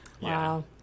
Wow